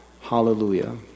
hallelujah